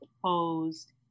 proposed